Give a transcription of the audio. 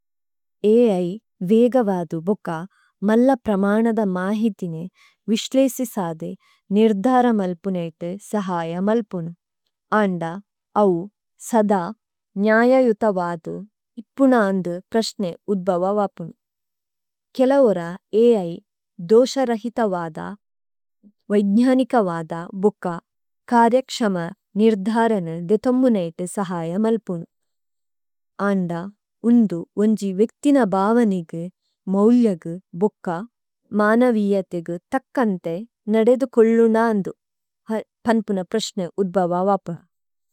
അ ഇ വേഗവദു ബുക മല്ലപ്രമനദ മാഹിതിനു വിശ്ലേസിസദു നിര്ധരമല്പുനേതേ സഹയമല്പുനു। അന്ദ, ഔ സദ, ഗ്ന്യയയുതവദു ഇപുനാന്ദു പ്രശ്നേ ഉദ്ബവവപുനു। കേല ഓര അ ഇ ദോസരഹിതവദ വൈഗ്ന്യനികവദ ബുക കര്യക്ശമ നിര്ധരനു ദേതുമ്ബുനേതേ സഹയമല്പുനു। അന്ദ, ഉന്ദു ഓന്ജി വേക്തിന ബാവനിഗു മൌല്യഗു ബുക മാനവിയതേഗു തക്കന്തേ നദേദുകോല്ലുനാന്ദു പന്പുന പ്രശ്നേ ഉദ്ബവവപുനു।